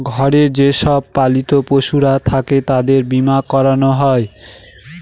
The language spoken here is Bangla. ঘরে যে সব পালিত পশুরা থাকে তাদের বীমা করানো হয়